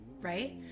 right